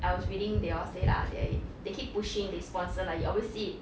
I was reading they all say lah they they keep pushing they sponsor like you always see it